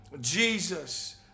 Jesus